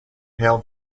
pale